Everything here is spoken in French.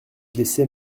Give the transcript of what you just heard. laissait